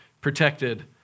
protected